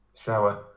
shower